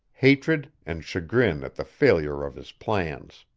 hatred, and chagrin at the failure of his plans.